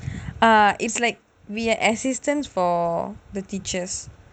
err it's like we are assistants for the teachers